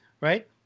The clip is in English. right